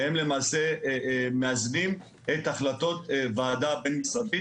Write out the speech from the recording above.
שהם למעשה מאזנים את החלטות ועדה בין משרדית.